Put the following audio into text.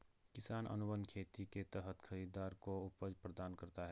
किसान अनुबंध खेती के तहत खरीदार को उपज प्रदान करता है